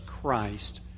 Christ